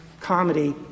comedy